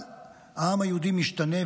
אבל העם היהודי משתנה,